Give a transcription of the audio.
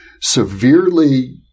severely